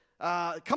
come